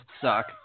suck